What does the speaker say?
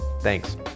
Thanks